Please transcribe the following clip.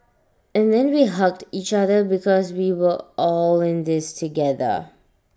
and then we hugged each other because we were all in this together